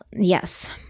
Yes